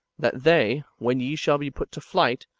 that they, when ye shall be put to flight,